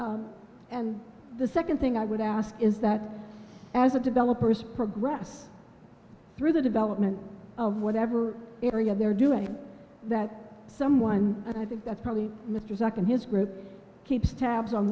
and the second thing i would ask is that as a developers progress through the development of whatever area they're doing that someone i think that probably mr zak and his group keeps tabs on